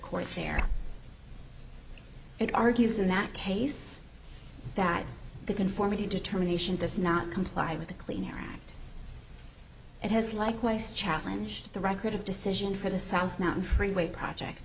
and argues in that case that the conformity determination does not comply with the clean air act it has likewise challenge the record of decision for the south mountain freeway project